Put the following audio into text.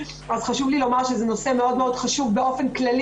חשוב לי לומר שזה נושא מאוד חשוב באופן כללי